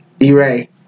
E-Ray